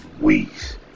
weeks